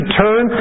turn